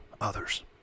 others